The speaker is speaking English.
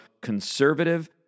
conservative